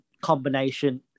Combination